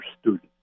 student